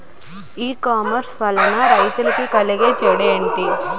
ఈ కామర్స్ వలన రైతులకి కలిగే చెడు ఎంటి?